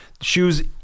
Shoes